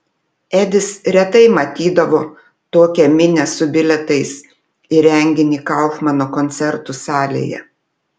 edis retai matydavo tokią minią su bilietais į renginį kaufmano koncertų salėje